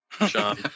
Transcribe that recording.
John